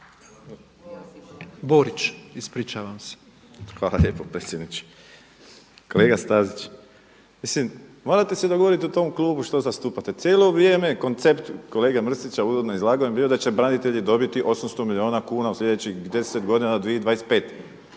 **Borić, Josip (HDZ)** Hvala lijepo predsjedniče. Kolega Stazić, mislim morate se dogovoriti o tom klubu što zastupate. Cijelo vrijeme koncept kolege Mrsića uredno izlaganje je bilo da će branitelji dobiti 800 milijuna kuna u sljedećih 10 godina 2025.